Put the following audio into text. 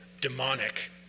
demonic